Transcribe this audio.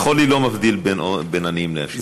החולי לא מבדיל בין עניים לעשירים.